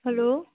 hello